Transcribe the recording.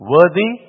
Worthy